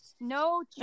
No